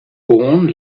born